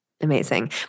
amazing